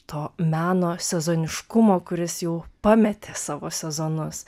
to meno sezoniškumo kuris jau pametė savo sezonus